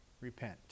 Repent